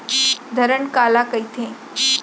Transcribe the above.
धरण काला कहिथे?